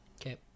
Okay